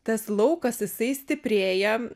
tas laukas jisai stiprėja